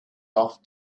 off